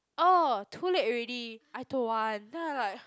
orh too late already I don't want then I like